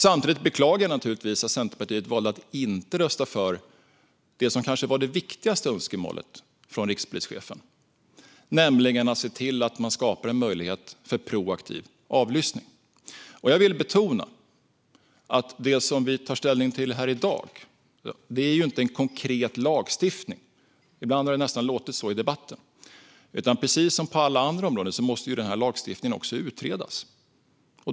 Samtidigt beklagar jag naturligtvis att Centerpartiet valde att inte rösta för det som kanske var det viktigaste önskemålet från rikspolischefen, nämligen att se till att man skapar en möjlighet för proaktiv avlyssning. Jag vill betona att det som vi tar ställning till här i dag inte är en konkret lagstiftning. Ibland har det nästan låtit så i debatten. Precis som på alla andra områden måste ju lagstiftningen också utredas.